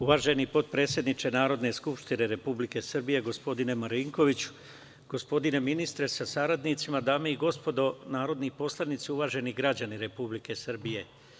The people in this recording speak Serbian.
Uvaženi potpredsedniče Narodne skupštine Republike Srbije, gospodine Marinkoviću, gospodine ministre sa saradnicima, dame i gospodo narodni poslanici, uvaženi građani Republike Srbije.